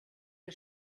wir